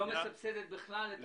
לא מסבסדת בכלל את המוצרים האלה?